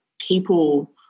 people